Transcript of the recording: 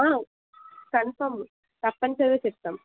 confirm తప్పనిసరిగా చెప్తాం